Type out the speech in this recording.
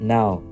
Now